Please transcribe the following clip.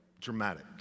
dramatic